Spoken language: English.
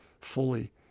fully